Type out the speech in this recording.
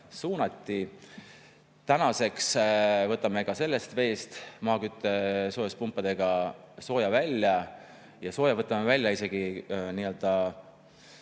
suunati. Tänaseks võtame ka sellest veest maasoojuspumpadega sooja välja. Ja sooja võtame välja isegi